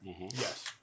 Yes